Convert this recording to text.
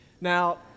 Now